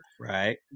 Right